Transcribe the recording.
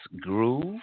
groove